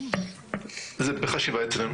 זה בחשיבה אצלנו.